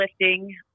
lifting